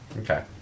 Okay